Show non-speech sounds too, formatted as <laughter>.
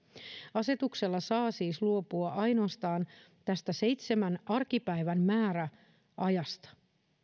asetuksella saa siis luopua ainoastaan <unintelligible> tästä seitsemän arkipäivän määräajasta